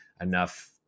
enough